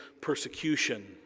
Persecution